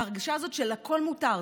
ההרגשה הזאת של הכול מותר.